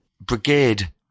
brigade